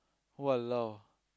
!walao!